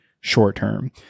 short-term